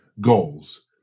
goals